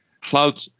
cloud